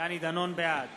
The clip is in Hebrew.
בעד